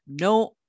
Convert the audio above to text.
No